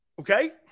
Okay